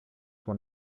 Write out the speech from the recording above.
one